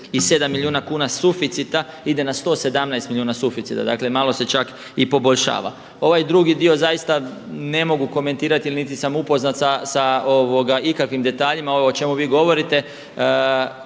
27 milijuna kuna suficita ide na 117 milijuna suficita. Dakle malo se čak i poboljšava. Ovaj drugi dio zaista ne mogu komentirati niti sam upoznat sa ikakvim detaljima, ovo o čemu vi govorite.